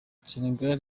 senegal